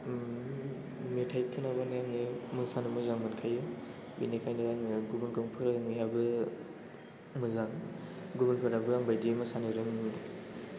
मेथाइ खोनाबानो आङो मोसानो मोजां मोनखायो बेनिखायनो आङो गुबुनखौ फोरोंनायाबो मोजां गुबुनफोराबो आंबायदि मोसानो रोंगोन